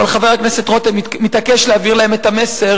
אבל חבר הכנסת רותם מתעקש להעביר להם את המסר